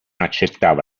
accettava